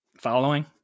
following